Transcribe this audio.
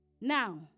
Now